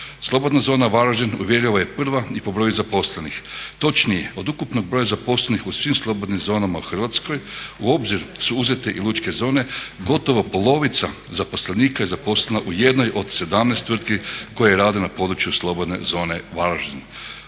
Slobodna zona Varaždin uvjerljivo je prva i po broju zaposlenih. Točnije od ukupnog broja zaposlenih u svim slobodnim zonama u Hrvatskoj u obzir su uzete i lučke zone. Gotovo polovica zaposlenika je zaposlena u jednoj od 17 tvrtki koje rade na području slobodne zone Varaždin,